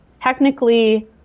technically